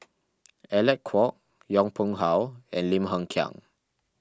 Alec Kuok Yong Pung How and Lim Hng Kiang